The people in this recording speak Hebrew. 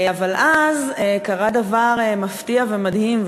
אבל אז קרה דבר מפתיע ומדהים,